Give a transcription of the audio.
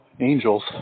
angels